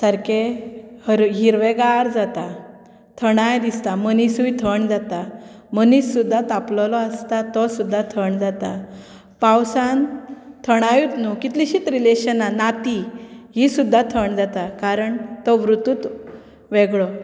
सारकें हर हिरवेंगार जाता थंडाय दिसता मनिसूय थंड जाता मनीस सुद्दां तापलेलो आसता तो सुद्दां थंड जाता पावसान थंडायूत न्हू कितलींशींच रिलेशनां नातीं हीं सुद्दां थंड जातात कारण तो ऋतूच वेगळो